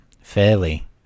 fairly